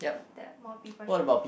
that more people should